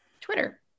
Twitter